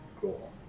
Cool